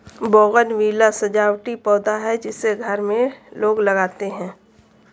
bougainvillea सजावटी पौधा है जिसे घर में लोग लगाते हैं